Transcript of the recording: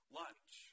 lunch